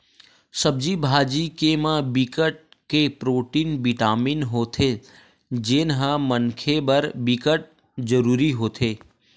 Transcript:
सब्जी भाजी के म बिकट के प्रोटीन, बिटामिन होथे जेन ह मनखे बर बिकट जरूरी होथे